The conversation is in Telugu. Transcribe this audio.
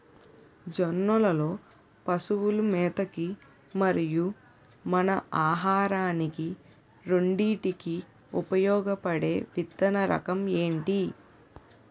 జొన్నలు లో పశువుల మేత కి మరియు మన ఆహారానికి రెండింటికి ఉపయోగపడే విత్తన రకం ఏది?